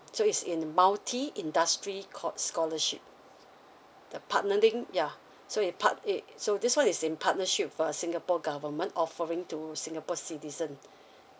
so it's in the multi industry scho~ scholarship the partnering ya so it part~ it so this [one] is in partnership with uh singapore government offering to singapore citizens